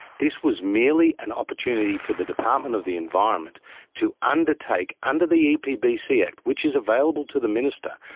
this was merely an opportunity for the department of the environment to undertake under the epbc act, which is available to the minister,